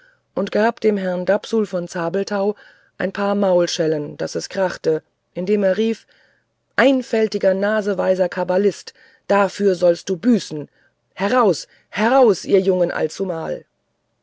und gab dem herrn dapsul von zabelthau ein paar maulschellen daß es krachte indem er rief einfältiger naseweiser kabbalist dafür sollst du büßen heraus heraus ihr jungen allzumal